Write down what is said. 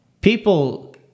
people